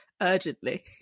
urgently